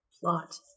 plot